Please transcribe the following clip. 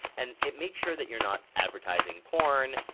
and it makes sure that you're not advertising porn,